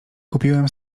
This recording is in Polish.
kupiłem